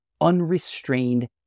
unrestrained